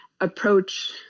approach